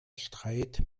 streit